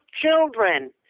children